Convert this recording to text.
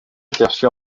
aperçu